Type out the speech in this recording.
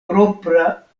propra